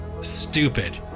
stupid